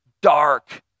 dark